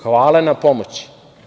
Hvala na pomoći.